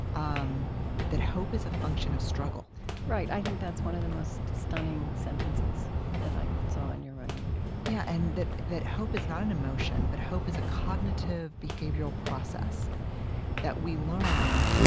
um that hope is a function of struggle right. i think that's one of the most stunning sentences that i saw in your writing yeah, and that that hope is not an emotion, but hope is a cognitive, behavioral process that we learn